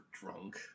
drunk